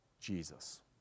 Jesus